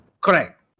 Correct